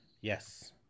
Yes